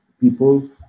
people